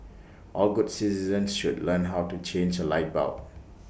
all good citizens should learn how to change A light bulb